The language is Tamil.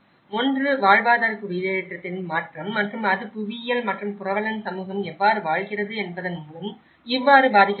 ஒன்று வாழ்வாதார குடியேற்றத்தின் மாற்றம் மற்றும் அது புவியியல் மற்றும் புரவலன் சமூகம் எவ்வாறு வாழ்கிறது என்பதன் மூலம் இவ்வாறு பாதிக்கப்படுகிறது